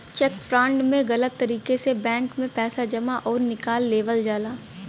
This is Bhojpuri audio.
चेक फ्रॉड में गलत तरीके से बैंक में पैसा जमा आउर निकाल लेवल जाला